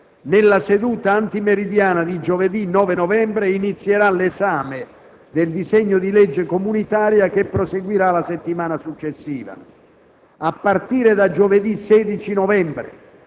Nella seduta antimeridiana di giovedì 9 novembre inizierà l'esame del disegno di legge comunitaria, che proseguirà la settimana successiva. A partire da giovedì 16 novembre,